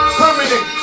permanent